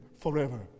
forever